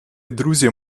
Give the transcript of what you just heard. друзів